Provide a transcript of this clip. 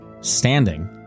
standing